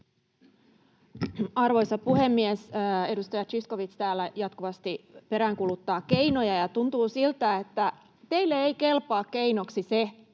Arvoisa puhemies! Edustaja Zyskowicz täällä jatkuvasti peräänkuuluttaa keinoja, ja tuntuu siltä, että teille ei kelpaa keinoksi se,